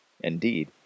Indeed